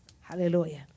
Hallelujah